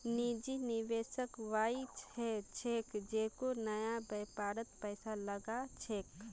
निजी निवेशक वई ह छेक जेको नया व्यापारत पैसा लगा छेक